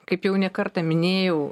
kaip jau ne kartą minėjau